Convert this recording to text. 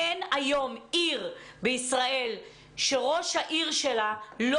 אין היום עיר בישראל שראש העיר שלה לא